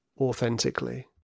authentically